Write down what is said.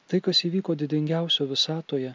tai kas įvyko didingiausio visatoje